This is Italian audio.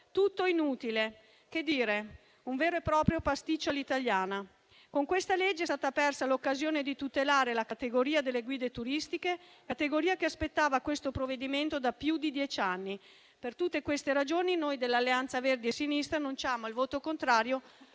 Tutto inutile. Che dire? Un vero e proprio pasticcio all'italiana. Con questa legge è stata persa l'occasione di tutelare la categoria delle guide turistiche, che aspettava questo provvedimento da più di dieci anni. Per tutte queste ragioni, noi dell'Alleanza Verdi e Sinistra annunciamo il voto contrario